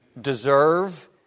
deserve